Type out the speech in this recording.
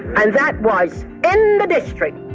and that was, in the district,